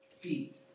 feet